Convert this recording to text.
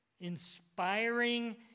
inspiring